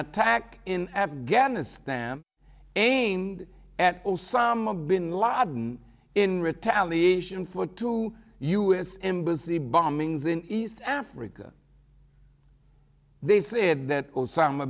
attack in afghanistan aimed at osama bin ladin in retaliation for two u s embassy bombings in east africa they said that osama